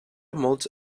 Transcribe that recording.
molts